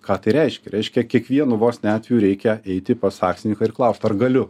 ką tai reiškia reiškia kiekvienu vos ne atveju reikia eiti pas akcininką ir klaust ar galiu